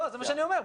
זה מה שאני אומר.